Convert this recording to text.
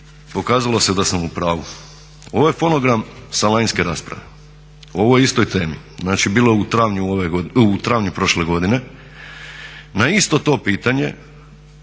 pokazalo se da sam u pravu. Ovo je fonogram sa lanjske rasprave o ovoj istoj temi, znači bila je u travnju prošle godine na isto to pitanje